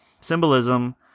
symbolism